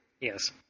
Yes